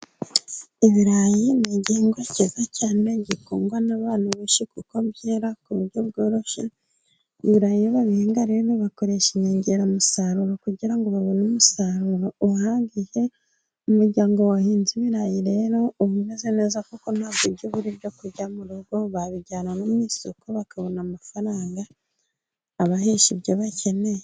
Ibirayi ni igihingwa cyiza cyane, gikundwa n'abantu benshi kuko byera ku buryo bworoshye, ibirayi iyo babihinga rero bakoresha inyongeramusaruro kugira ngo babone umusaruro uhagije, umuryango wahinze ibirayi rero uba umeze neza, kuko ntabwo babura ibyo kujya mu rugo, babijyana mu isoko bakabona amafaranga abahesha ibyo bakeneye.